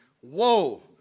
Whoa